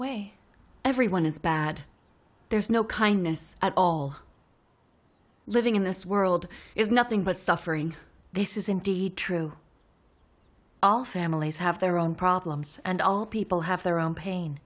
way everyone is bad there is no kindness at all living in this world is nothing but suffering this is indeed true all families have their own problems and all people have their own pain